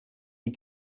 die